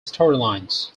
storylines